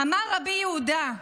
"אמר רבי יהודה,